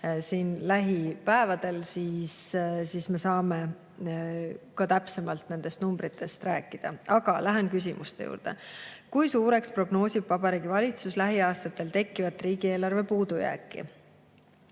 üle antud, siis saame ka täpsemalt nendest numbritest rääkida. Aga lähen küsimuste juurde."Kui suureks prognoosib Vabariigi Valitsus lähiaastatel tekkivat riigieelarve puudujääki?"